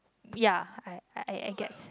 ya I I guess